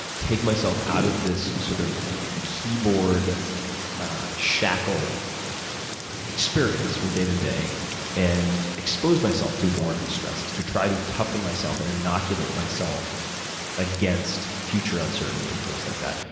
take myself out of this sort of keyboard shackled experience from day to day and expose myself to more of these stresses to try to toughen myself and inoculate myself against future uncertainty and things like that.